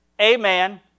amen